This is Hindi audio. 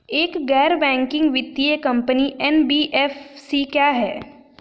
एक गैर बैंकिंग वित्तीय कंपनी एन.बी.एफ.सी क्या है?